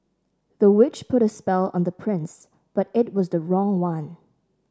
the witch put a spell on the prince but it was the wrong one